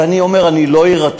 ואני אומר, אני לא אירתע.